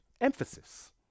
Emphasis